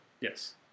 Yes